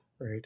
Right